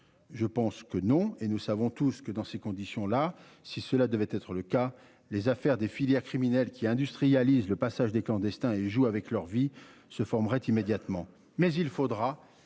Je pense que non et nous savons tous que dans ces conditions là. Si cela devait être le cas. Les affaires des filières criminelles qui industrialise le passage des clandestins et jouent avec leur vie se formerait immédiatement mais il faudra,